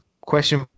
Question